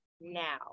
now